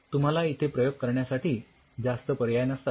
तुम्हाला इथे प्रयोग करण्यासाठी जास्त पर्याय नसतात